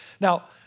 Now